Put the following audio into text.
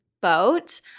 boat